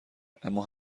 اما